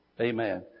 Amen